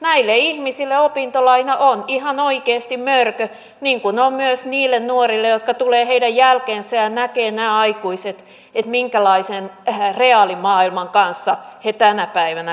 näille ihmisille opintolaina on ihan oikeasti mörkö niin kuin on myös niille nuorille jotka tulevat heidän jälkeensä ja näkevät minkälaisen reaalimaailman kanssa nämä aikuiset tänä päivänä kamppailevat